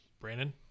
Brandon